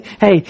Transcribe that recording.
hey